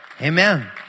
Amen